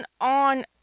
on